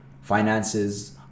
finances